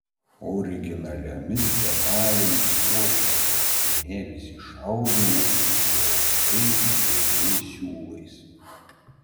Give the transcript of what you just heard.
originaliomis detalėmis puoštas kostiumėlis iš audinio su įaustais blizgiais siūlais